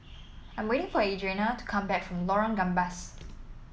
I am waiting for Adriane to come back from Lorong Gambas